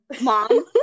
Mom